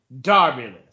Darbyless